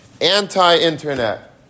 anti-internet